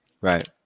right